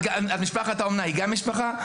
משפחת האומנה היא גם משפחה?